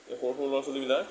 এই সৰু সৰু ল'ৰা ছোৱালীবিলাক